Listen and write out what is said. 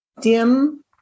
Dim